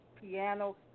piano